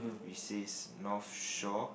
he says not sure